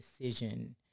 decision